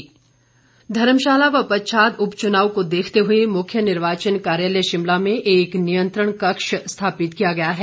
नियंत्रण कक्ष धर्मशाला व पच्छाद उपचुनाव को देखते हुए मुख्य निर्वाचन कार्यालय शिमला में एक नियंत्रण कक्ष स्थापित किया गया है